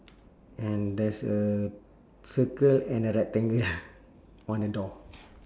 and there's a circle and a rectangle on the door